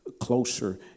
closer